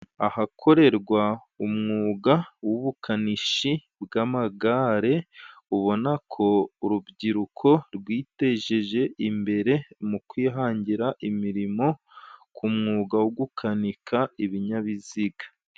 Ahakorerwa umwuga w'ubukanishi bw'amagare. Ubona ko urubyiruko rwitejeje imbere mu kwihangira imirimo, ku mwuga wo gukanika ibinyabiziga.